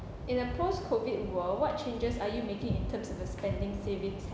in a post-COVID world what changes are you making in terms of the spending savings